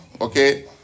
Okay